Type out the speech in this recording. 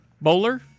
Bowler